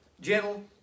gentle